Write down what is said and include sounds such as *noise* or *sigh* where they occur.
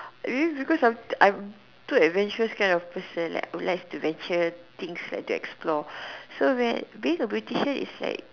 maybe because I'm I'm too adventurous kind of person like who likes to venture things like to explore *breath* so when being a beautician is like